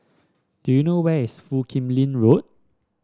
do you know where is Foo Kim Lin Road